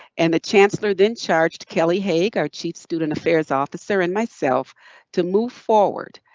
and the chancellor then charged kelly haag, our chief student affairs officer and myself to move forward.